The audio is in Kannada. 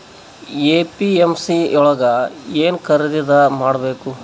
ಎ.ಪಿ.ಎಮ್.ಸಿ ಯೊಳಗ ಏನ್ ಖರೀದಿದ ಮಾಡ್ಬೇಕು?